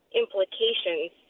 implications